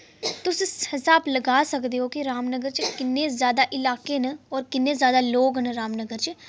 तुस स्हाब लाई सकदे ओ कि रामनगर च किन्ने जैदा इलाके न और किन्ने जैदा लोक न रामनगर च